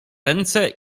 ręce